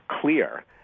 clear